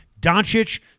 Doncic